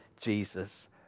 Jesus